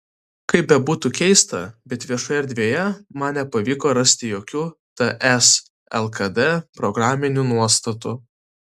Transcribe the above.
kaip bebūtų keista bet viešoje erdvėje man nepavyko rasti jokių ts lkd programinių nuostatų